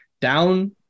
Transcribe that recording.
down